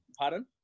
pardon